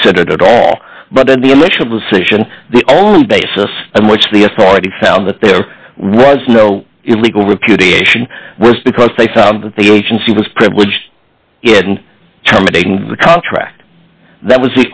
considered at all but in the initial decision the only basis on which the authority found that there was no illegal repudiation was because they found that the agency was privileged in terminating the contract that was